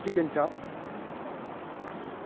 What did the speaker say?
chicken চাপ